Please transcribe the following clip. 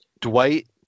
Dwight